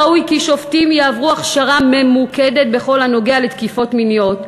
ראוי כי שופטים יעברו הכשרה ממוקדת בכל הנוגע לתקיפות מיניות,